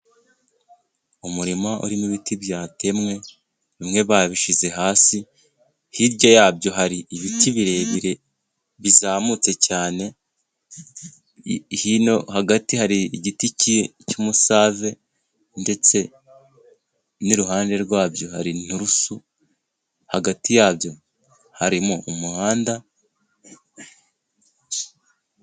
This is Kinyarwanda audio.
Umurima urimo ibiti byatemwe，bimwe babishyize hasi， hirya yabyo hari ibiti birebire bizamutse cyane， hagati，hari igiti cy'umusave ndetse n'iruhande rwabyo，hari inturusu hagati yabyo harimo umuhanda...